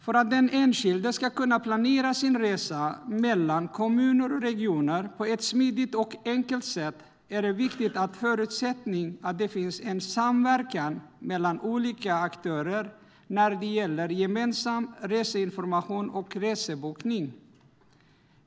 För att den enskilde ska kunna planera sin resa mellan kommuner och regioner på ett smidigt och enkelt sätt är en viktig förutsättning att det finns en samverkan mellan olika aktörer när det gäller gemensam reseinformation och resebokning.